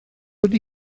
wedi